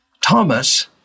Thomas